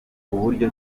uburyo